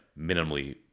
minimally